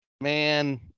man